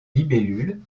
libellule